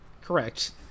Correct